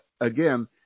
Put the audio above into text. again